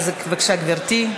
בבקשה, גברתי,